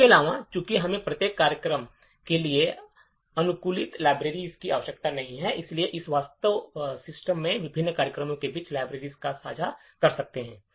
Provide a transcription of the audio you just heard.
इसके अलावा चूंकि हमें प्रत्येक कार्यक्रम के लिए अनुकूलित लाइब्रेरी की आवश्यकता नहीं है इसलिए हम वास्तव में सिस्टम में विभिन्न कार्यक्रमों के बीच लाइब्रेरी को साझा कर सकते हैं